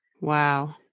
Wow